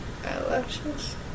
eyelashes